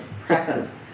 practice